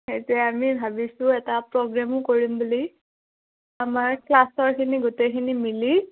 সেইটোৱে আমি ভাবিছোঁ এটা প্ৰগ্ৰেমো কৰিম বুলি আমাৰ ক্লাছৰখিনি গোটেইখিনি মিলি